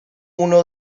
uno